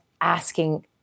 asking